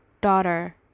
daughter